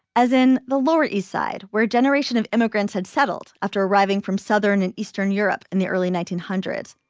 as in the lower east side, where a generation of immigrants had settled after arriving from southern and eastern europe in the early nineteen hundreds.